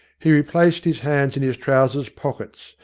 he replaced his hands in his trousers pockets,